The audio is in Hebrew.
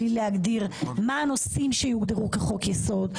בלי להגדיר מה הנושאים שיוגדרו כחוק יסוד,